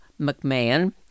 McMahon